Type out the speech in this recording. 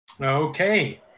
Okay